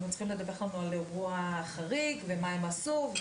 הם צריכים לדווח לנו על אירוע חריג ומה הם עשו.